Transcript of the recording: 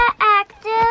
Active